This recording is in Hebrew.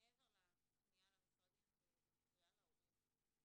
מעבר לפנייה למשרדים וגם קריאה להורים.